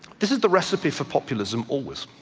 this is the recipe for populism always.